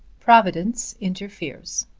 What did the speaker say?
providence interferes.